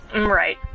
Right